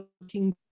looking